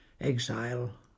Exile